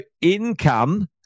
income